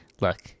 look